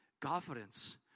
confidence